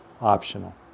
optional